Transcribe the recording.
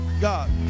God